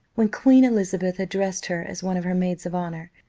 when queen elizabeth addressed her as one of her maids of honour,